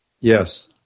Yes